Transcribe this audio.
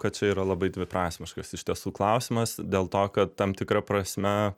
kad čia yra labai dviprasmiškas iš tiesų klausimas dėl to kad tam tikra prasme